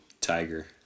Tiger